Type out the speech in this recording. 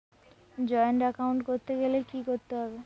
Joint account করতে গেলে কি করতে হবে?